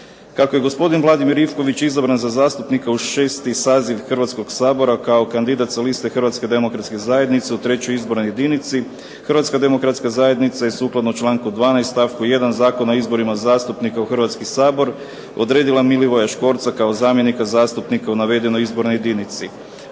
Kako je gospodin Vladimir Ivković izabran za zastupnika u 6. saziv Hrvatskoga sabora kao kandidat sa liste Hrvatske demokratske zajednice u 3. izbornoj jedinici, Hrvatska demokratska zajednica i sukladno članku 12. stavku 1. Zakona o izborima zastupnika u Hrvatski sabor odredila Milivoja Škvorca kao zamjenika zastupnika u navedenoj izbornoj jedinici.